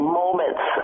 moments